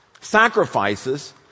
sacrifices